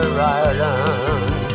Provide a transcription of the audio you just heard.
Ireland